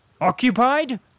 Occupied